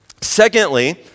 Secondly